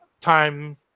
time